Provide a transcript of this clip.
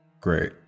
Great